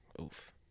Oof